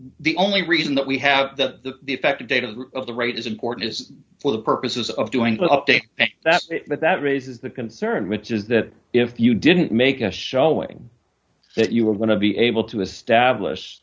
the only reason that we have the effective date of the right is important is for the purposes of doing but update that but that raises the concern which is that if you didn't make a showing that you were going to be able to establish